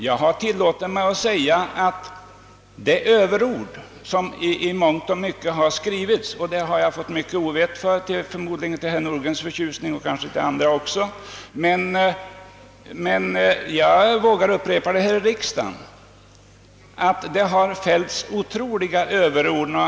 Jag har tillåtit mig att säga att det i många fall skrivits överord och har av den anledningen fått mycket ovett — förmodligen till herr Nordgrens och kanske även andras förtjusning — men jag vågar upprepa här i kammaren att det fällts otroliga överord om maten.